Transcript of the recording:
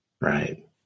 right